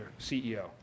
CEO